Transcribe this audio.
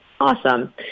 Awesome